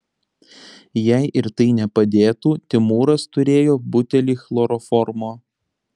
jei ir tai nepadėtų timūras turėjo butelį chloroformo